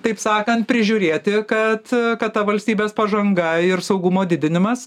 taip sakan prižiūrėti kad kad ta valstybės pažanga ir saugumo didinimas